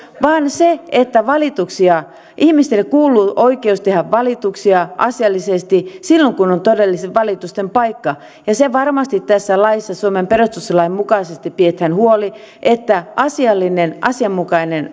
näitä valituksia ihmisille kuuluu oikeus tehdä valituksia asiallisesti silloin kun on todellisten valitusten paikka ja siitä varmasti tässä laissa suomen perustuslain mukaisesti pidetään huoli että asiallinen asianmukainen